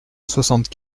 soixante